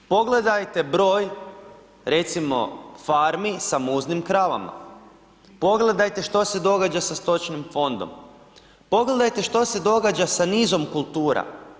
Pogledajte broj recimo farmi sa muznim kravama, pogledajte što se događa sa stočnim fondom, pogledajte što se događa sa nizom kultura.